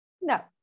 No